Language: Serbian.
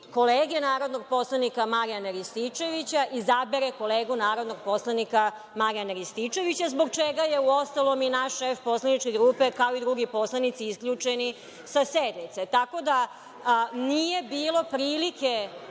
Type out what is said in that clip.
kolege narodnog poslanika Marijana Rističevića, izabere kolegu narodnog poslanika Marijana Rističevića, zbog čega je uostalom i naš šef poslaničke grupe, kao i drugi poslanici, isključen sa sednice. Tako da, nije bilo prilike